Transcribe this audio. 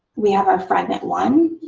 we have our fragment one